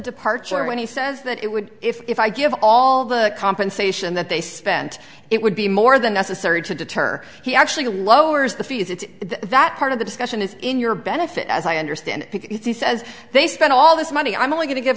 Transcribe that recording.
eparture when he says that it would if i give all the compensation that they spent it would be more than necessary to deter he actually lowers the fees it's that part of the discussion is in your benefit as i understand it because he says they spent all this money i'm only going to give